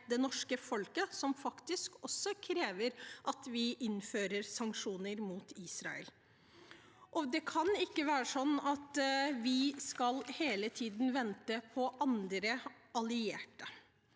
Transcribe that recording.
det norske folket, som faktisk også krever at vi innfører sanksjoner mot Israel. Det kan ikke være sånn at vi hele tiden skal vente på andre allierte.